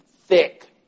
thick